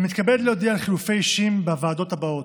אני מתכבד להודיע על חילופי אישים בוועדות הבאות: